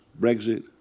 Brexit